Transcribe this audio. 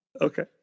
Okay